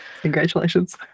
Congratulations